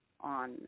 on